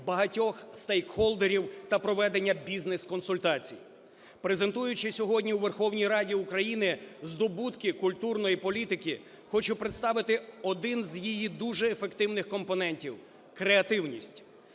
багатьох стейкхолдерів та проведення бізнес-консультацій. Презентуючи сьогодні у Верховній Раді України здобутки культурної політики, хочу представити один з її дуже ефективних компонентів – креативність, креативність